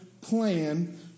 plan